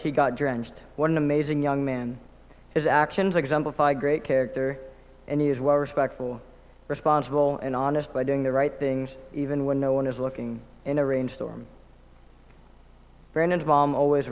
he got drenched what an amazing young man his actions exemplify great character and he is well respectful responsible and honest by doing the right things even when no one is looking in a rainstorm brennan's mom always